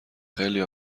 خیلی